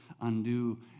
undo